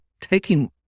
taking